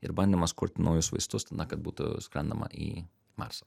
ir bandymas kurti naujus vaistus na kad būtų skrendama į marsą